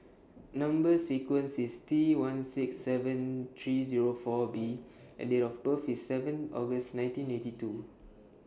Number sequence IS T one six seven three Zero four B and Date of birth IS seven August nineteen eighty two